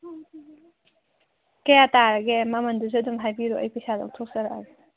ꯀꯌꯥ ꯇꯥꯔꯒꯦ ꯃꯃꯟꯗꯨꯁꯨ ꯑꯗꯨꯝ ꯍꯥꯏꯕꯤꯔꯣ ꯑꯩ ꯄꯩꯁꯥ ꯂꯧꯊꯣꯛꯆꯔꯛꯑꯒꯦ